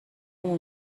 اون